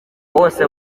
bose